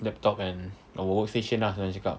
laptop and our workstation ah senang cakap